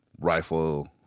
rifle